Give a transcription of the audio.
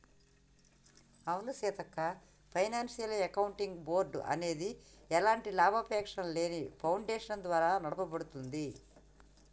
అవును Seethakka financial accounting board అనేది ఎలాంటి లాభాపేక్షలేని ఫాడేషన్ ద్వారా నడపబడుతుంది